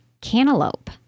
cantaloupe